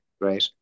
Right